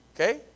Okay